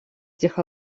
тех